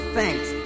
Thanks